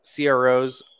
CROs